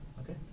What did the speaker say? Okay